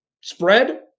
spread